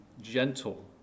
gentle